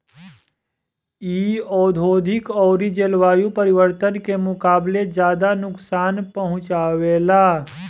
इ औधोगिक अउरी जलवायु परिवर्तन के मुकाबले ज्यादा नुकसान पहुँचावे ला